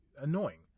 Annoying